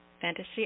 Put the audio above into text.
Fantasy